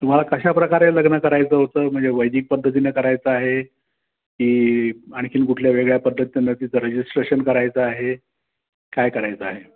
तुम्हाला कशा प्रकारे लग्न करायचं होतं म्हणजे वैदिक पद्धतीनं करायचं आहे की आणखीन कुठल्या वेगळ्या पद्धतीनं तिचं रजिस्ट्रेशन करायचं आहे काय करायचं आहे